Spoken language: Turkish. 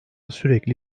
sürekli